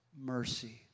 mercy